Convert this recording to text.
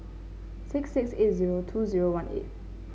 six six eight zero two zero one eight